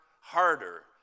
harder